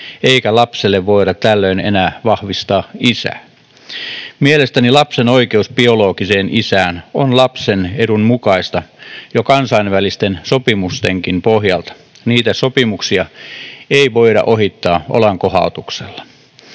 eikä lapselle voida tällöin enää vahvistaa isää. Mielestäni lapsen oikeus biologiseen isään on lapsen edun mukaista jo kansainvälisten sopimustenkin pohjalta. Niitä sopimuksia ei voida ohittaa olankohautuksella.